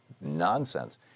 nonsense